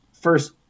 first